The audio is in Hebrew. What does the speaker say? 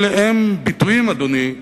אלה הם ביטויים, אדוני,